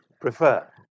prefer